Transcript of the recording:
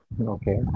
Okay